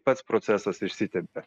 pats procesas išsitempia